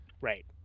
Right